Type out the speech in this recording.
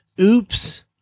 oops